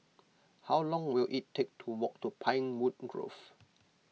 how long will it take to walk to Pinewood Grove